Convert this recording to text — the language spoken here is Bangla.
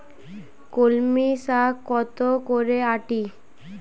কলমি শাখ কত করে আঁটি?